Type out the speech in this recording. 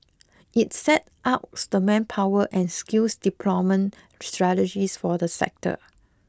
it set outs the manpower and skills development strategies for the sector